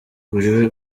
buri